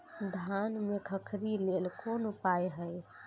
धान में खखरी लेल कोन उपाय हय?